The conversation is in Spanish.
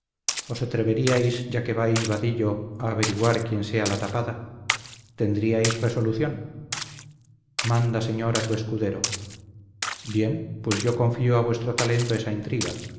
espero con ansia os atreveríais ya que vais vadillo a averiguar quién sea la tapada tendríais resolución manda señor a tu escudero bien pues yo confío a vuestro talento esa intriga